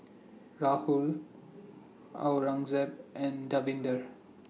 Rahul Aurangzeb and Davinder